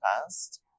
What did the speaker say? past